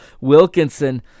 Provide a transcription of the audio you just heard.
wilkinson